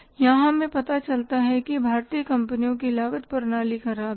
यहाँ हमें पता चलता है कि भारतीय कंपनियों की लागत प्रणाली ख़राब थी